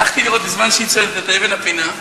הלכתי לראות, בזמן שהיא צועדת, את אבן הפינה.